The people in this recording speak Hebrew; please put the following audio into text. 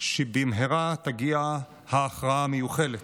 שבמהרה תגיע ההכרעה המיוחלת,